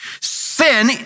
sin